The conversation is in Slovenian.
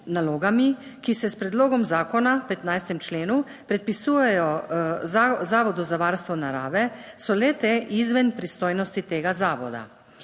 ki se s predlogom zakona v 15. členu predpisujejo Zavodu za varstvo narave so le te izven pristojnosti tega zavoda.